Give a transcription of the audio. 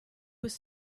was